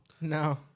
no